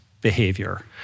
behavior